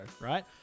right